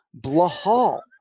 Blahal